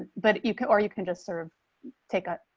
but you can or you can just sort of take a